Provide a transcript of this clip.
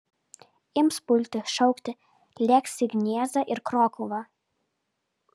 ims pulti šaukti lėks į gniezną ir krokuvą